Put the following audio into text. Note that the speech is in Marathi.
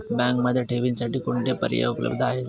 बँकेमध्ये ठेवींसाठी कोणते पर्याय उपलब्ध आहेत?